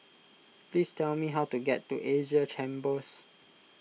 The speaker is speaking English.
please tell me how to get to Asia Chambers